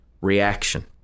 reaction